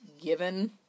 given